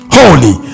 holy